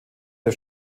der